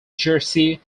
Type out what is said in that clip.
jersey